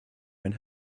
ein